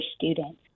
students